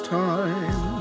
time